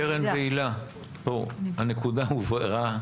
קרן והילה, הנקודה הובהרה.